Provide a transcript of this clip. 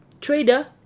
trader